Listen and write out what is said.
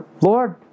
Lord